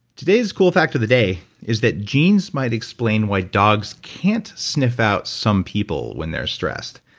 today's cool fact of the day is that genes might explain why dogs can't sniff out some people when they're stressed